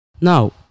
Now